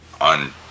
on